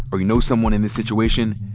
or you know someone in this situation,